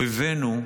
אויבינו,